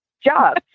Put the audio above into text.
job